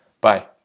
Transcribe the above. Bye